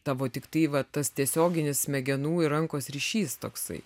tavo tiktai va tas tiesioginis smegenų ir rankos ryšys toksai